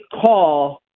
call